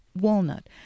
walnut